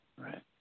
Right